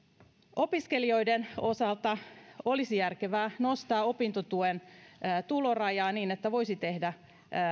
opiskelijoiden osalta olisi järkevää nostaa opintotuen tulorajaa niin että voisi tehdä